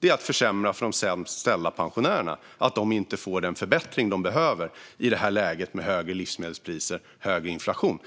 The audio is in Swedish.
är att försämra för de sämst ställda pensionärerna så att de inte får den förbättring de behöver i det här läget med högre livsmedelspriser och högre inflation.